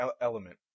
element